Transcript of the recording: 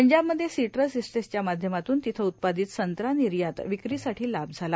पंजाबमध्ये श्सीट्रस इस्टेटश्च्या माध्यमातून तिथं उत्पादित संत्रा निर्यातए विक्रीसाठी लाभ झाला